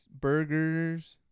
burgers